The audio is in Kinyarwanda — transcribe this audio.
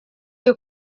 iyi